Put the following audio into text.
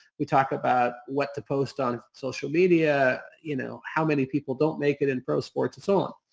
we talk about what to post on social media, you know how many people don't make it in pro sports, and so on.